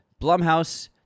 Blumhouse